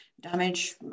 damage